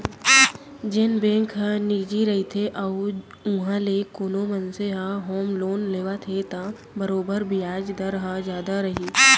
जेन बेंक ह निजी रइथे अउ उहॉं ले कोनो मनसे ह होम लोन लेवत हे त बरोबर बियाज दर ह जादा रही